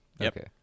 Okay